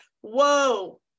Whoa